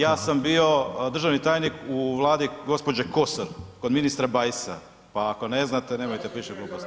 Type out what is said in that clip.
Ja sam bio državni tajnik u vladi gospođe Kosor, kod ministra Bajsa, pa ako ne znate nemojte pričati gluposti.